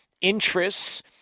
interests